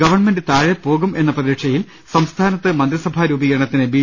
government താഴെപോകും എന്ന പ്രതീക്ഷയിൽ സംസ്ഥാനത്ത് മന്ത്രിസഭാ രൂപീകരണത്തിന് ബി